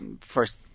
first